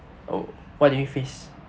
oh what do you face